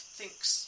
thinks